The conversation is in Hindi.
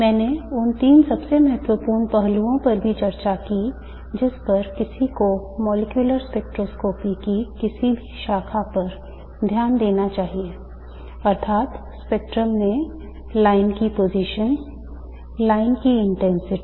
मैंने उन तीन सबसे महत्वपूर्ण पहलुओं पर भी चर्चा की जिन पर किसी को मॉलिक्यूलर स्पेक्ट्रोस्कोपी की किसी भी शाखा पर ध्यान देना चाहिए अर्थात् स्पेक्ट्रम में रेखा की स्थिति